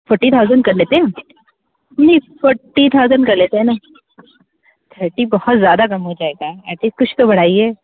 forty thousand कर लेते हैं नई फोट्टी थाउजेंड कर लेते हैं थर्टी बहुत ज़्यादा कम हो जाएगा एट लीस्ट कुछ तो बढाईये